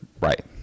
Right